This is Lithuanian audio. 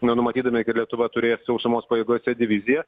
na numatydami kad lietuva turės sausumos pajėgose diviziją